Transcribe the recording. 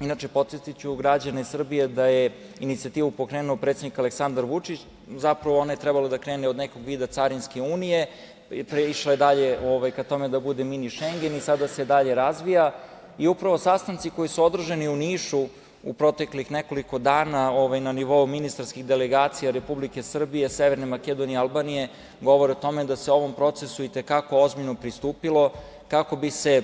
Inače, podsetiću građane Srbije da je inicijativu pokrenuo predsednik Aleksandar Vučić, zapravo, ona je trebalo da krene od nekog vida carinske unije, pa je išla dalje ka tome da bude „Mini Šengen“ i sada se dalje razvija i upravo sastanci koji su održani u Nišu u proteklih nekoliko dana na nivou ministarskih delegacija Republike Srbije, Severne Makedonije i Albanije govore o tome da se ovom procesu i te kako ozbiljno pristupilo kako bi se